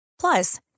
Plus